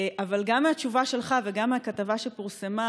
אבל גם מהתשובה שלך וגם מהכתבה שפורסמה